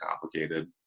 complicated